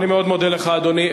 אני מאוד מודה לך, אדוני.